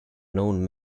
known